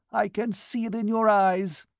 i can see it in your eyes!